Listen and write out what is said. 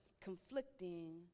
conflicting